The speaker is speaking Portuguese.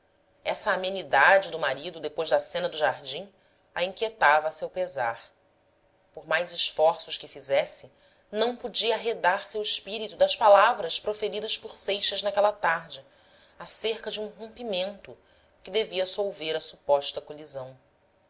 essa amenidade do marido depois da cena do jardim a inquietava a seu pesar por mais esforços que fizesse não podia arredar seu espírito das palavras proferidas por seixas naquela tarde acerca de um rompimento que devia solver a suposta colisão